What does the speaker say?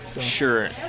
Sure